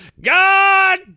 God